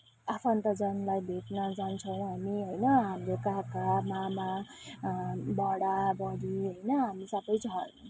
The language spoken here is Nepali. आफन्तजनलाई भेट्न जान्छौँ हामी होइन हाम्रो काका मामा बडा बडी होइन हामी सबै